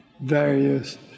various